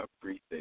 appreciate